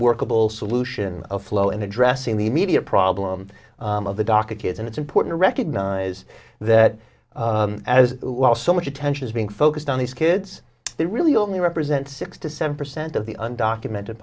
workable solution a flow and addressing the immediate problem of the docket and it's important to recognize that as well so much attention is being focused on these kids they really only represent six to seven percent of the un documented